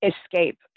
escape